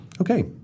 Okay